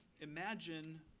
imagine